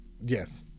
Yes